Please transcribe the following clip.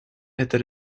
это